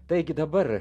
taigi dabar